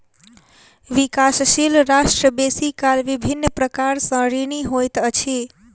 विकासशील राष्ट्र बेसी काल विभिन्न प्रकार सँ ऋणी होइत अछि